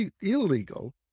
illegal